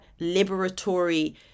liberatory